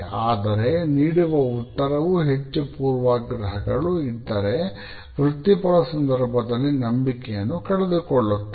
ಆದರೆ ನೀಡುವ ಉತ್ತರವೂ ಹೆಚ್ಚು ಪೂರ್ವಾಗ್ರಹಗಳು ಇದ್ದರೇ ವೃತ್ತಿಪರ ಸಂದರ್ಭದಲ್ಲಿ ನಂಬಿಕೆ ಕಳೆದುಕೊಳ್ಳುತ್ತೇವೆ